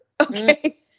Okay